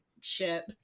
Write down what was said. ship